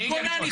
רונן,